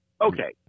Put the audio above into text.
Okay